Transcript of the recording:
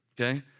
Okay